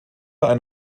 ein